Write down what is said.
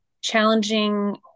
challenging